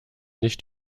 nicht